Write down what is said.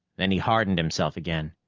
then he hardened himself again.